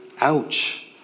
Ouch